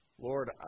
Lord